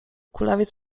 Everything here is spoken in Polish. kulawiec